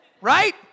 Right